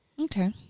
Okay